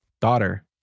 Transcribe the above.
daughter